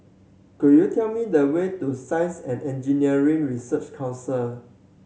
could you tell me the way to Science and Engineering Research Council